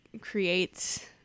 creates